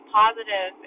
positive